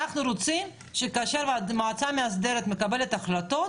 אנחנו רוצים שכאשר המועצה המאסדרת תקבל החלטות,